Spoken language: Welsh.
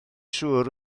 siŵr